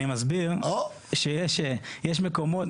אני מסביר שיש מקומות,